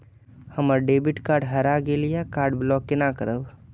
हमर debit card हरा गेल ये कार्ड ब्लॉक केना करब?